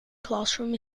classroom